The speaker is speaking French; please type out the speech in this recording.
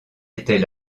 était